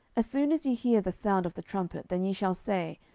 as soon as ye hear the sound of the trumpet, then ye shall say,